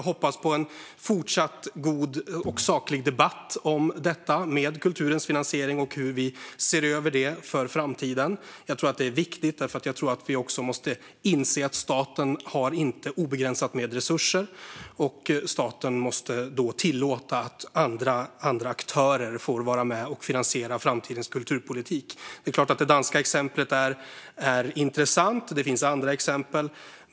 Jag hoppas på en fortsatt god och saklig debatt om kulturens finansiering och hur vi ser över den för framtiden. Jag tror att det är viktigt, därför att jag tror att vi också måste inse att staten inte har obegränsat med resurser. Staten måste då tillåta att andra aktörer får vara med och finansiera framtidens kulturpolitik. Det är klart att det danska exemplet är intressant. Det finns andra exempel.